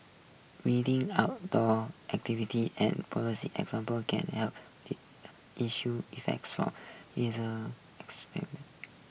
reading outdoor activities and policy example can help issue effects from haze